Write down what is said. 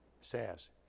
says